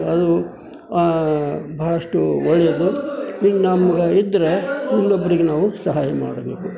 ಅದು ಭಾಳಷ್ಟು ಒಳ್ಳೆಯದು ಇನ್ನು ನಮ್ಗೆ ಇದರ ಇನ್ನೊಬ್ಬರಿಗೆ ನಾವು ಸಹಾಯ ಮಾಡಬೇಕು